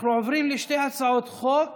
אנחנו עוברים לשתי הצעות חוק.